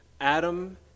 Adam